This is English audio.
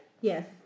Yes